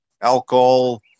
alcohol